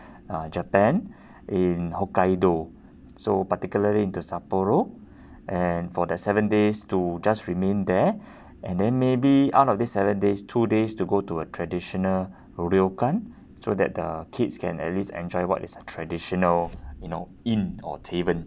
uh japan in hokkaido so particularly into sapporo and for the seven days to just remain there and then maybe out of these seven days two days to go to a traditional ryokan so that the kids can at least enjoy what is a traditional you know inn or tavern